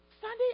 Sunday